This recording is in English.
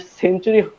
century